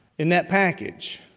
in that package.